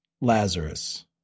Lazarus